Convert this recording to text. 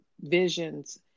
visions